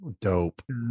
Dope